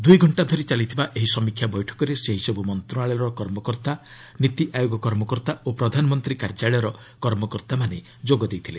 ଦୁଇ ଘଣ୍ଟା ଧରି ଚାଲିଥିବା ଏହି ସମୀକ୍ଷା ବୈଠକରେ ସେହିସବୁ ମନ୍ତ୍ରଣାଳୟର କର୍ମକର୍ତ୍ତା ନୀତି ଆୟୋଗ କର୍ମକର୍ତ୍ତା ଓ ପ୍ରଧାନମନ୍ତ୍ରୀ କାର୍ଯ୍ୟାଳୟର କର୍ମକର୍ତ୍ତାମାନେ ଯୋଗ ଦେଇଥିଲେ